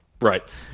Right